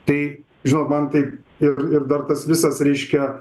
tai žinot man tai ir ir dar tas visas reiškia